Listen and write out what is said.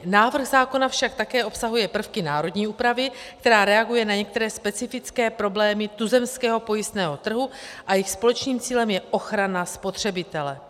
Návrh zákona však také obsahuje prvky národní úpravy, která reaguje na některé specifické problémy tuzemského pojistného trhu, a jejich společným cílem je ochrana spotřebitele.